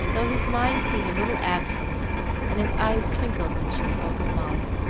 though his mind seemed a little absent and his eyes twinkled when she spoke of molly.